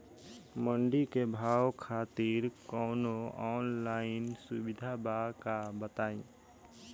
मंडी के भाव खातिर कवनो ऑनलाइन सुविधा बा का बताई?